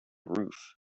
roof